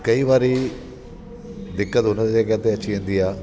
कई वारी दिक़त हुन जॻह ते अची वेंदी आहे